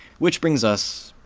which brings us,